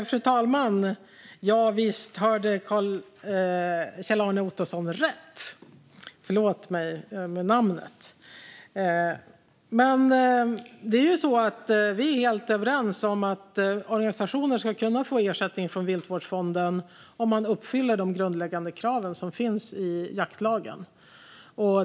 Fru talman! Javisst hörde Kjell-Arne Ottosson rätt! Vi är helt överens om att organisationer ska kunna få ersättning från Viltvårdsfonden om de uppfyller de grundläggande krav som finns i jaktlagen.